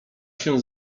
się